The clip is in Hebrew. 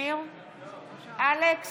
אלכס